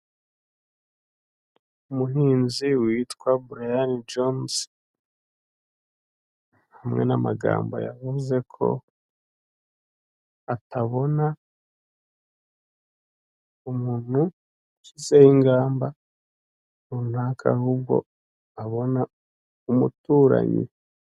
Umuhinzi witwa Burayani jonizi hamwe n'amagambo yavuze ko atabona umuntu ushyizeho ingamba runaka ahubwo abona umuturanyi.